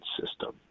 system